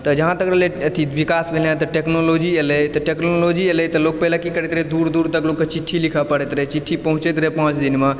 तऽ जहाँ तक रहलै अथि विकास भेनाइ तऽ टेक्नोलॉजी अयलै तऽ टेक्नोलॉजी अयलै तऽ लोक पहिले कि करैत रहै दूर दूर तक लोक कऽ चिठ्ठी लिखऽ परैत रहै चिठ्ठी पहुँचैत रहै पाँच दिनमे